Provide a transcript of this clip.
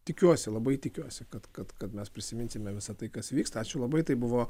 tikiuosi labai tikiuosi kad kad kad mes prisiminsime visą tai kas vyksta ačiū labai tai buvo